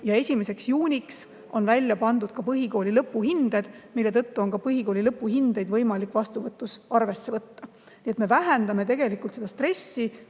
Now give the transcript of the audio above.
ja 1. juuniks on välja pandud ka põhikooli lõpuhinded, mille tõttu on ka põhikooli lõpuhindeid võimalik vastuvõtul arvesse võtta. Nii et me vähendame tegelikult stressi,